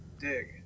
dig